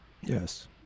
Yes